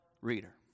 Reader